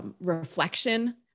Reflection